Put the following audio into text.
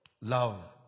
love